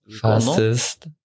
Fastest